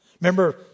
Remember